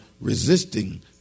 resisting